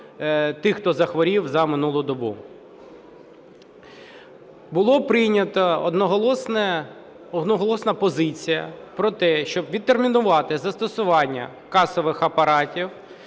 тих, хто захворів за минулу добу. Була прийнята одноголосна позиція про те, щоб відтермінувати застосування касових апаратів